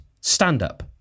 stand-up